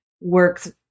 works